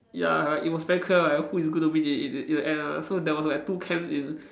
ya like it was very clear like who is going to win in in in the end ah so there was two clans in